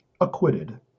acquitted